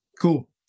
cool